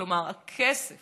כלומר הכסף